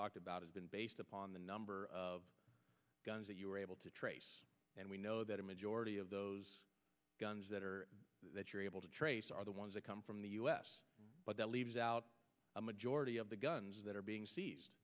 talked about has been based upon the number of guns that you were able to trace and we know that a majority of those guns that are that you're able to trace are the ones that come from the u s but that leaves out a majority of the guns that are being